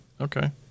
okay